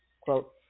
quote